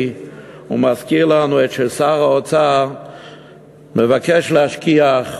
ומזכירה לנו את ששר האוצר מבקש להשכיח,